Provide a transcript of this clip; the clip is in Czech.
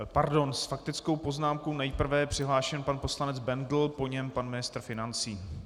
Pardon, s faktickou poznámkou je nejprve přihlášen pan poslanec Bendl, po něm pan ministr financí.